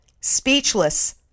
Speechless